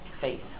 faith